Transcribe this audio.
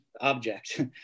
object